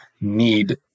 need